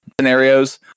scenarios